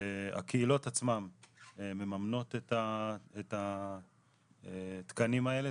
הקהילות עצמן מממנות את התקנים האלה,